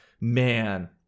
man